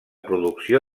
producció